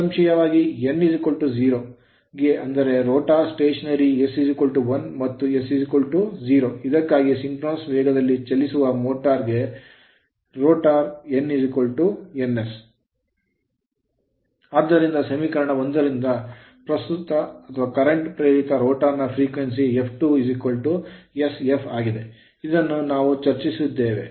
ನಿಸ್ಸಂಶಯವಾಗಿ n 0 ಗೆ ಅಂದರೆ ರೋಟರ್ ಸ್ಟೇಷನರಿ s 1 ಮತ್ತು s 0 ಇದಕ್ಕಾಗಿ ಸಿಂಕ್ರೋನಸ್ ವೇಗದಲ್ಲಿ ಚಲಿಸುವ ರೋಟರ್ ಗೆ n ns ಆದ್ದರಿಂದ ಸಮೀಕರಣ 1 ರಿಂದ ಪ್ರಸ್ತುತ ಪ್ರೇರಿತ ರೋಟರ್ ನ frequency ಆವರ್ತನವು f2 sf ಆಗಿದೆ ಇದನ್ನು ನಾವು ಚರ್ಚಿಸಿದ್ದೇವೆ